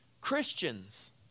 Christians